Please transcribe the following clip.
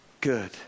good